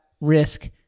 risk